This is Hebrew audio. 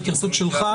התייחסות שלך,